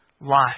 life